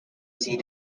seed